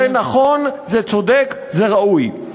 זה נכון, זה צודק, זה ראוי.